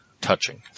Touching